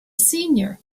senior